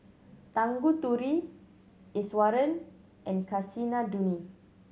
Tanguturi Iswaran and Kasinadhuni